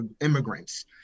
immigrants